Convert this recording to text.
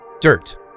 Dirt